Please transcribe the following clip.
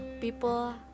people